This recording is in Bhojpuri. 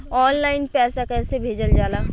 ऑनलाइन पैसा कैसे भेजल जाला?